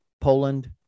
Poland